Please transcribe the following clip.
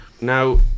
Now